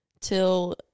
till